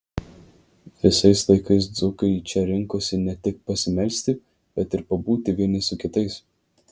visais laikais dzūkai čia rinkosi ne tik pasimelsti bet ir pabūti vieni su kitais